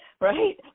right